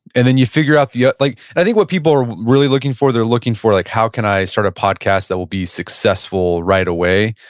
and then you figure out the, ah like i think what people are really looking for, they're looking for like how can i start a podcast that will be successful right away.